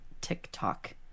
TikTok